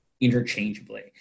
Interchangeably